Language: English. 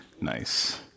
nice